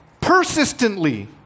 Persistently